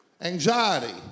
anxiety